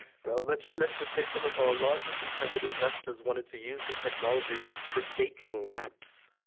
so let's let's just say, some of our largest intended investors wanted to use this technology for dating apps,